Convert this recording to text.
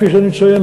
כפי שאני מציין,